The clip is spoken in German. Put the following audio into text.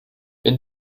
wenn